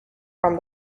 from